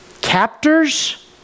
captors